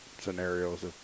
scenarios